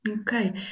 Okay